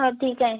हो ठीक आहे